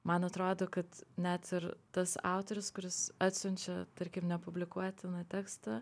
man atrodo kad net ir tas autorius kuris atsiunčia tarkim nepublikuotiną tekstą